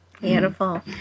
Beautiful